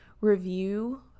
review